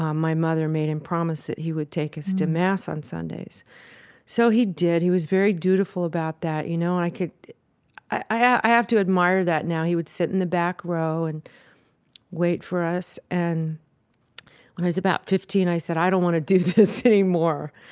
um my mother made him promise that he would take us to mass on sundays so he did. he was very dutiful about that, you know. i could i have to admire that now. he would sit in the back row and wait for us. and when i was about fifteen, i said, i don't want to do this anymore.